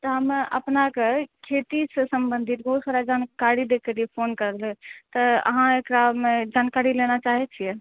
तऽ हमे अपनाके खेती से सम्बन्धित बहुत सारा जानकारी दैके लिए फोन करलिए तऽ अहाँ एकरामे जानकारी लेना चाहै छियै